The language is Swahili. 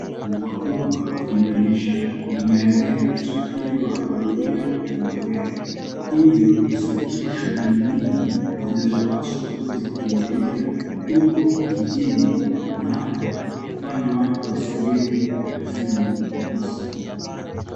Mvua kubwa iliyonyesha imeadhiri usafiri wa abiria na magari. Hivyo husitisha shughuli nyingi zinazopaswa kuwa zikiendelea huko jijini na hata kufanya watu wasiende kabisa.